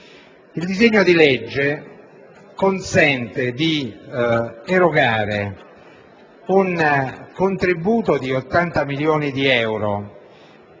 Il disegno di legge consente di erogare un contributo di 80 milioni di euro